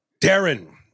darren